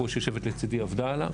שיושבת פה לצדי והיא עבדה עליו.